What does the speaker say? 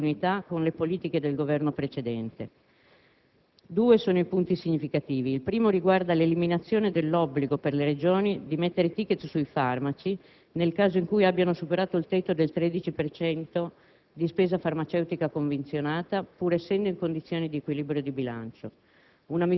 veniva vissuta come una finanziaria di tagli sulla sanità. Non lo è, in netta discontinuità con le politiche del Governo precedente. Due sono i punti significativi: il primo riguarda l'eliminazione dell'obbligo per le Regioni di mettere i *tickets* sui farmaci, nel caso in cui abbiano superato il tetto del 13